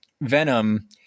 venom